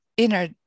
inner